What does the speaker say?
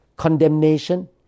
condemnation